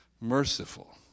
Merciful